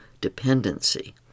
dependency